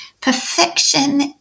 perfection